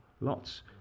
lots